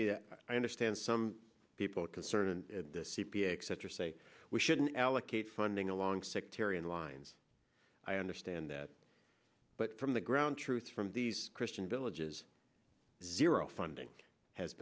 me that i understand some people concerned c p a except to say we shouldn't allocate funding along sectarian lines i understand that but from the ground truth from these christian villages zero funding has